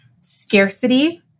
Scarcity